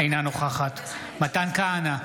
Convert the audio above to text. אינה נוכחת מתן כהנא,